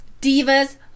Diva's